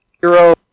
hero